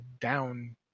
down